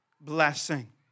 blessing